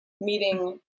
meeting